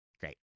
great